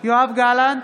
יואב גלנט,